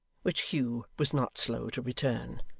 which hugh was not slow to return.